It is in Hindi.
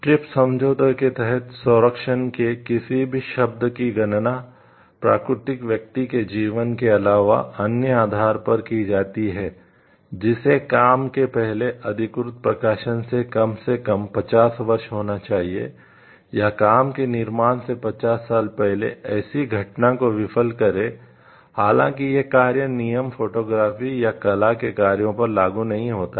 ट्रिप्स या कला के कार्यों पर लागू नहीं होता है